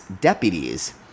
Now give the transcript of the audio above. deputies